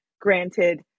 Granted